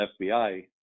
FBI